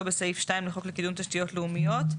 בסעיף 2 לחוק לקידום תשתיות לאומיות,